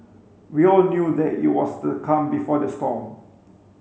we all knew that it was the calm before the storm